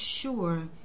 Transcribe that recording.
sure